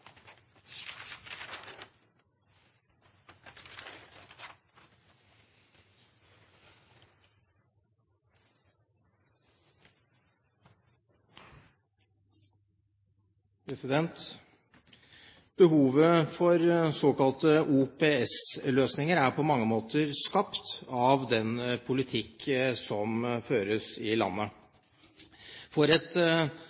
avvises. Behovet for såkalte OPS-løsninger er på mange måter skapt av den politikk som føres i